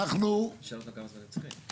כמה זמן צריכים?